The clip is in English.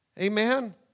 amen